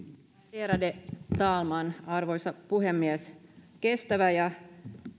värderade talman arvoisa puhemies kestävä ja